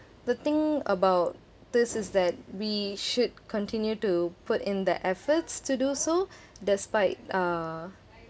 the thing about this is that we should continue to put in the efforts to do so despite uh